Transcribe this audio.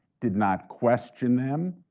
did not question them,